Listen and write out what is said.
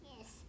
Yes